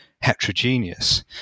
heterogeneous